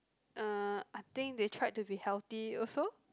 uh I think they tried to be healthy also